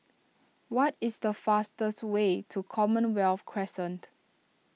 what is the fastest way to Commonwealth Crescent